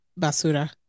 basura